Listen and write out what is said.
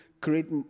create